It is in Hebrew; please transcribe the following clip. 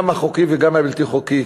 גם חוקי וגם בלתי חוקי,